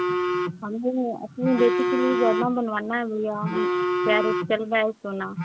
हमें अपनी बेटी के लिए गेहना बनवाना है भैया क्या रेट चल रहा है सोना